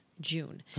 June